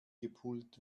gepult